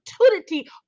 opportunity